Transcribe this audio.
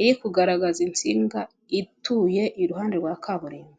iri kugaragaza insinga, ituye iruhande rwa kaburimbo.